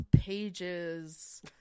pages